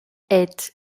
est